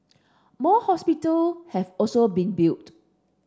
more hospital have also been built